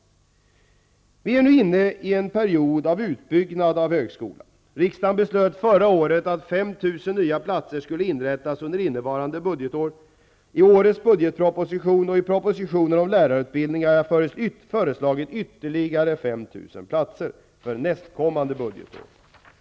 Vi är nu inne i en period av utbyggnad av högskolan. Riksdagen beslöt förra året att 5 000 nya platser skulle inrättas under innevarande budgetår. I årets budgetproposition och i propositionen om lärarutbildningen har jag föreslagit ytterligare 5 000 platser för nästkommande budgetår.